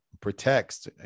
protects